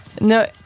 No